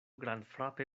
grandfrape